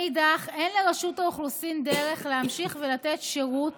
מנגד, אין לרשות האוכלוסין דרך להמשיך לתת שירות